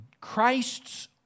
Christ's